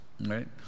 Right